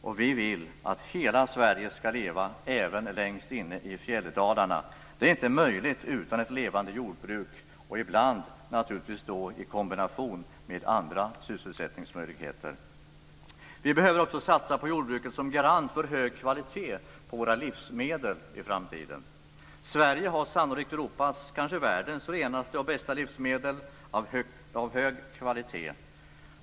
Och vi vill att hela Sverige ska leva, även längst inne i fjälldalarna. Det är inte möjligt utan ett levande jordbruk, ibland naturligtvis i kombination med andra sysselsättningsmöjligheter. Vi behöver också satsa på jordbruket som garant för hög kvalitet på våra livsmedel i framtiden. Sverige har sannolikt Europas, kanske världens, renaste och bästa livsmedel. De är av hög kvalitet.